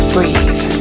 Breathe